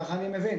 כך אני מבין.